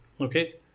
Okay